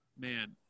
man